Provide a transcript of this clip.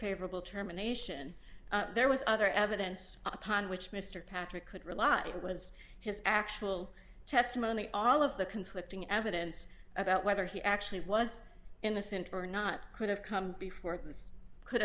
favorable terminations there was other evidence upon which mr patrick could rely was his actual testimony all of the conflicting evidence about whether he actually was innocent or not could have come before this could